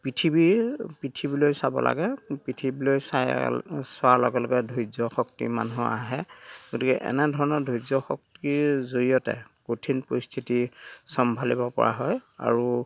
পৃথিৱীৰ পৃথিৱীলৈ চাব লাগে পৃথিৱীলৈ চাই চোৱাৰ লগে লগে ধৈৰ্য শক্তি মানুহৰ আহে গতিকে এনে ধৰণৰ ধৈৰ্যশক্তিৰ জৰিয়তে কঠিন পৰিস্থিতি চম্ভালিব পৰা হয় আৰু